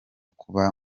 kuba